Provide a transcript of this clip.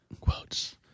quotes